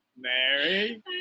Mary